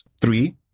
three